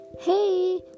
hey